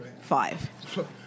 Five